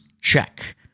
Check